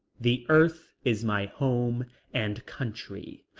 the earth is my home and country.